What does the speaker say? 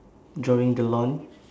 drawing the lawn